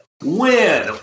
Win